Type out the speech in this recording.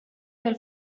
del